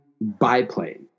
biplane